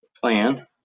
plan